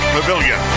Pavilion